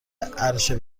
عرشه